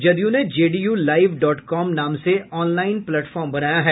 जदयू ने JDU live dot com नाम से ऑनलाईन प्लेटफार्म बनाया है